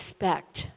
respect